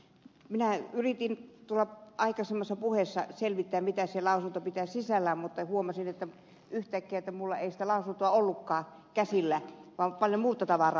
minä yritin aikaisemmassa puheessani selvittää mitä se lausunto pitää sisällään mutta huomasin yhtäkkiä että minulla ei sitä lausuntoa ollutkaan käsillä vaan paljon muuta tavaraa